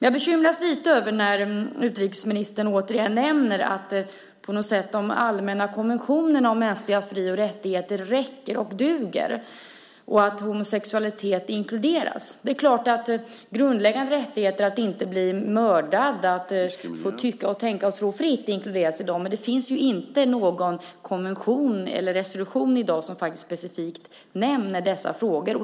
Jag bekymras lite över när utrikesministern återigen nämner att de allmänna konventionerna om mänskliga fri och rättigheter räcker och duger och att homosexualitet inkluderas. Det är klart att den grundläggande rättigheten att inte bli mördad, att få tycka och tänka fritt inkluderas i dem, men det finns inte någon konvention eller resolution i dag som specifikt nämner dessa frågor.